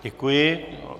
Děkuji.